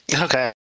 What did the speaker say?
Okay